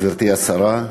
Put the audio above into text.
גברתי השרה,